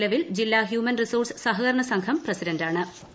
നിലവിൽ ജില്ലാ human resource സഹകരണ സംഘം പ്രസിഡന്റ് ആണ്